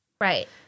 Right